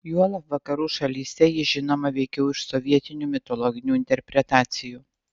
juolab vakarų šalyse ji žinoma veikiau iš sovietinių mitologinių interpretacijų